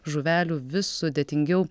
žuvelių vis sudėtingiau